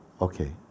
okay